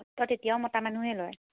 তই তেতিয়াও মতা মানুহেই লয়